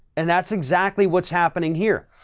and that's exactly what's happening here.